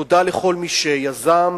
תודה לכל מי שיזם,